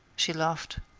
she laughed.